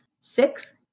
six